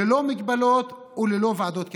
ללא מגבלות וללא ועדות קבלה,